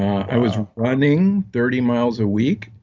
i was running thirty miles a week,